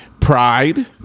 Pride